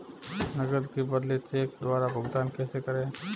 नकद के बदले चेक द्वारा भुगतान कैसे करें?